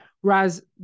Whereas